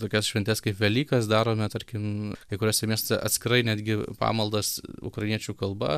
tokias šventes kaip velykas darome tarkim kai kuriuose miestuose atskirai netgi pamaldas ukrainiečių kalba